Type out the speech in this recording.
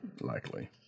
Likely